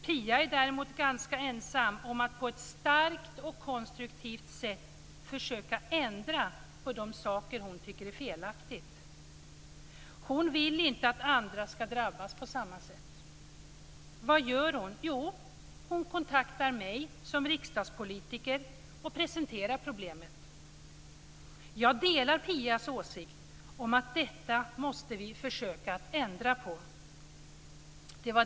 Pia är däremot ganska ensam om att på ett starkt och konstruktivt sätt försöka ändra på det som hon tycker är felaktigt. Pia vill inte att andra skall drabbas på samma sätt som hon. Vad gör hon? Jo, hon kontaktar mig som riksdagspolitiker och presenterar problemet. Jag delar Pias åsikt att vi måste försöka ändra på detta.